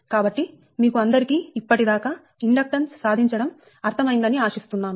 కాబట్టి మీకు అందరికీ ఇప్పటి దాకా ఇండక్టెన్స్ సాధించడంఅర్థమైందని ఆశిస్తున్నాను